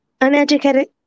uneducated